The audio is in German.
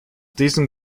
diesem